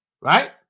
Right